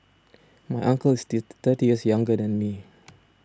my uncle is thirty years younger than me